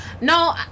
no